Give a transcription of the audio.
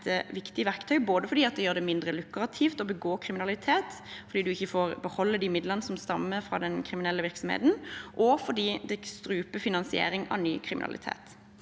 være et viktig verktøy, både fordi det gjør det mindre lukrativt å begå kriminalitet, fordi man ikke får beholde de midlene som stammer fra den kriminelle virksomheten, og fordi det struper finansiering av ny kriminalitet.